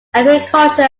agriculture